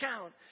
count